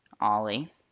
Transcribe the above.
ollie